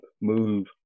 move